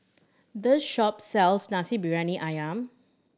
this shop sells Nasi Briyani Ayam